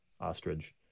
ostrich